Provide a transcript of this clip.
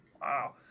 Wow